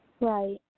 Right